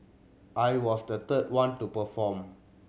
I was the third one to perform